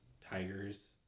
tigers